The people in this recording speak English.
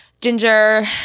Ginger